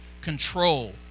control